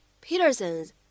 Peterson's